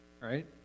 right